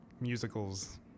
musicals